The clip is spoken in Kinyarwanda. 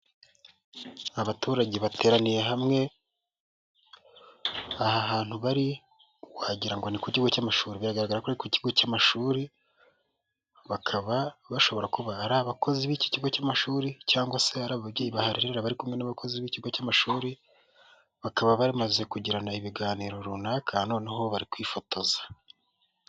Abaturage bateraniye hamwe aha hantu bari wagira ngo ni ku kigo cy'amashuri, bigaragara ko ari ku kigo cy'amashuri, bakaba bashobora kuba ari abakozi b'ikigo cy'amashuri cyangwa se ari ababyeyi baharerera bari kumwe n'abakozi b'ikigo cy'amashuri bakaba bamaze kugirana ibiganiro runaka noneho bari kwifotoza.